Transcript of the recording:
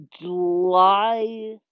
July